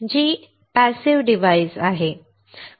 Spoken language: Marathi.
जी पॅसिव्ह डिवाइस आहेत